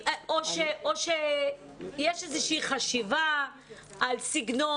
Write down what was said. או שיש איזושהי חשיבה על סגנון,